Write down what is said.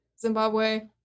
Zimbabwe